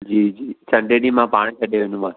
जी जी संडे ॾींहुं मां पाण छॾे वेंदोमांसि